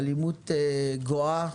אלימות גואה,